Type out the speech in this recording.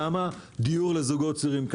למה דיור לזוגות צעירים.